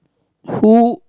who